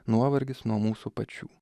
nuovargis nuo mūsų pačių